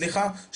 סליחה,